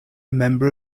member